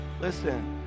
Listen